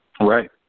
Right